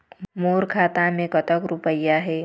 मोर खाता मैं कतक रुपया हे?